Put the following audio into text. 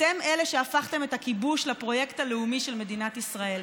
אתם שהפכתם את הכיבוש לפרויקט הלאומי של מדינת ישראל.